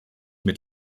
mit